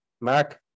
Mark